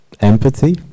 empathy